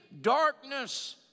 darkness